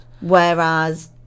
Whereas